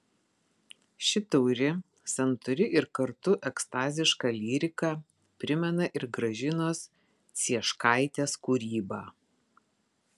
ši tauri santūri ir kartu ekstaziška lyrika primena ir gražinos cieškaitės kūrybą